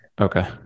okay